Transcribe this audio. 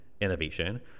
innovation